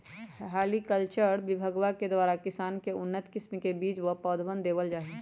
horticulture विभगवा के द्वारा किसान के उन्नत किस्म के बीज व पौधवन देवल जाहई